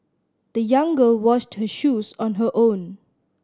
the young girl washed her shoes on her own